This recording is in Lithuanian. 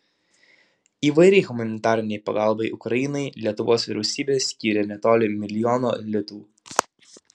įvairiai humanitarinei pagalbai ukrainai lietuvos vyriausybė skyrė netoli milijono litų